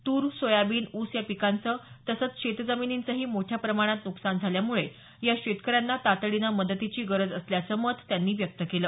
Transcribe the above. तूर सोयाबीन ऊस या पिकांचं तसंच शेतजमिनींचंही मोठ्या प्रमाणात नुकसान झाल्यामुळे या शेतकऱ्यांना तातडीनं मदतीची गरज असल्याचं मत त्यांनी व्यक्त केलं